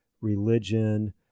religion